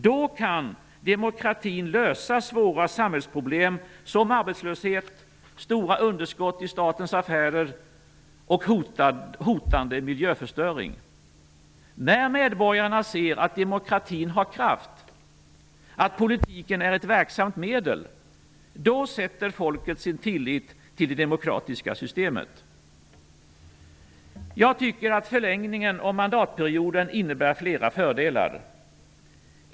Då kan den lösa svåra samhällsproblem som arbetslöshet, stora underskott i statens affärer och hotande miljöförstöring. När medborgarna ser att demokratin har kraft, att politiken är ett verksamt medel, då sätter folket sin tillit till det demokratiska systemet. Jag tycker att förlängningen av mandatperioden innebär flera fördelar.